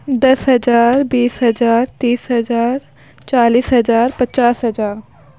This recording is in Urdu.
دس ہزار بیس ہزار تیس ہزار چالس ہزار پچاس ہزار